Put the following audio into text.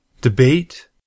Debate